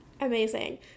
Amazing